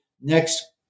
Next